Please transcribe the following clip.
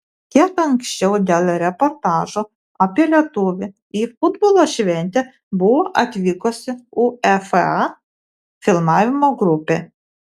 kiek anksčiau dėl reportažo apie lietuvį į futbolo šventę buvo atvykusi uefa filmavimo grupė